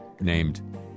named